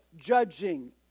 judging